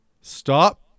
stop